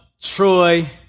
Troy